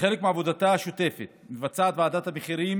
כחלק מעבודתה השוטפת מבצעת ועדת המחירים